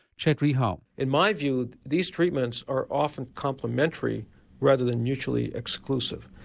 chet rihal. in my view these treatments are often complimentary rather than mutually exclusive.